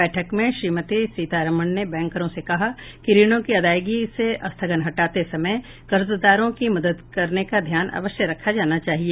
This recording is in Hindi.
बैठक में श्रीमती सीतारामन ने बैंकरों से कहा कि ऋणों की अदायगी से स्थगन हटाते समय कर्जदारों की मदद करने का ध्यान अवश्य रखा जाना चाहिए